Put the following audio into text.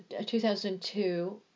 2002